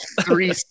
Three